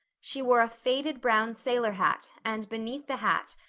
she wore a faded brown sailor hat and beneath the hat,